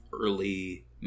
early